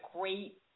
great